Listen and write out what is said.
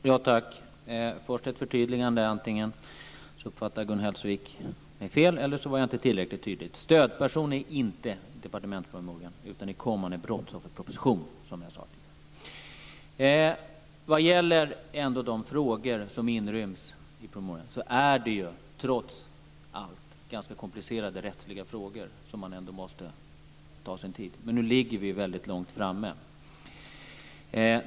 Herr talman! Först har jag ert förtydligande. Antingen så säger Gun Hellsvik fel eller så var jag inte tillräckligt tydlig. Det här med stödperson finns inte i departementspromemorian utan i kommande brottsofferproposition, som jag sade tidigare. När det gäller de frågor som inryms i promemorian är det trots allt ganska komplicerade rättsliga frågor som ändå måste ta sin tid. Men nu ligger vi väldigt långt framme.